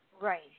Right